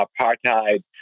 apartheid